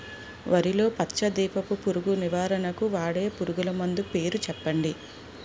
వరిలో పచ్చ దీపపు పురుగు నివారణకు వాడే పురుగుమందు పేరు చెప్పండి?